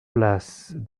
place